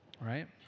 Right